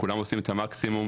כולם עושים את המקסימום,